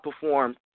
performed